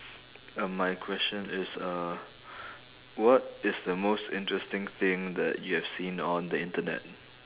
um my question is uh what is the most interesting thing that you have seen on the internet